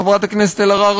חברת הכנסת אלהרר,